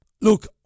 Look